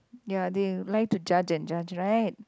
ya they like to judge and judge right